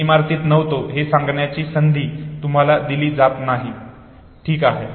मी इमारतीत नव्हतो हे सांगण्याची संधी तुम्हाला दिली जात नाही ठीक आहे